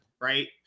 Right